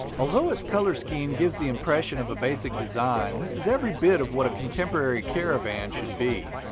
although it's color scheme gives the impression of a basic design, this is every bit of what a contemporary caravan should be.